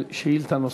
שאילתה נוספת.